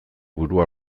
burua